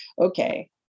okay